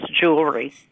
jewelry